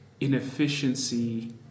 inefficiency